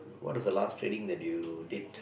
what is the last training that you did